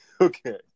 Okay